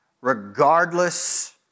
regardless